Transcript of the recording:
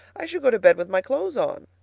i should go to bed with my clothes on.